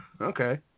Okay